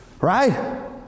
Right